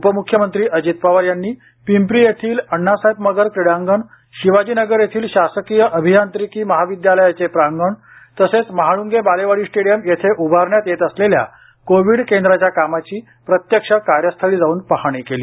उपमुख्यमंत्री अजित पवार यांनी पिंपरी येथील आण्णासाहेब मगर क्रीडांगण शिवाजी नगर येथील शासकीय अभियांत्रिकी महाविद्यालयाचे प्रांगण तसेच महाळंगे बालेवाडी स्टेडियम येथे उभारण्यात येत असलेल्या कोविड केंद्राच्या कामाची प्रत्यक्ष कार्यस्थळी जाऊन पाहणी केली